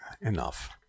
Enough